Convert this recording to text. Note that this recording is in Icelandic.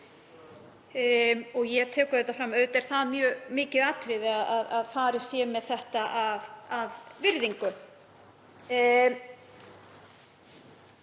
Ég tek fram að auðvitað er það mjög mikið atriði að farið sé með þetta af virðingu.